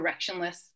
directionless